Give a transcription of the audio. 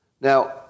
Now